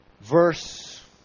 Verse